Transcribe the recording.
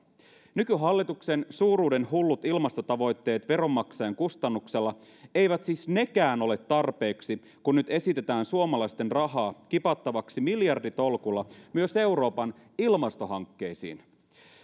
nykyhallituksen suuruudenhullut ilmastotavoitteet veronmaksajien kustannuksella eivät siis nekään ole tarpeeksi kun nyt esitetään suomalaisten rahaa kipattavaksi miljarditolkulla myös euroopan ilmastohankkeisiin